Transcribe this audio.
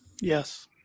Yes